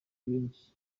benshi